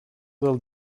del